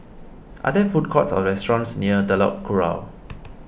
are there food courts or restaurants near Telok Kurau